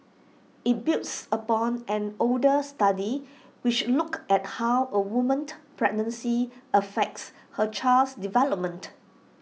IT builds upon an older study which looked at how A woman pregnancy affects her child's development